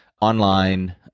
online